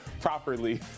properly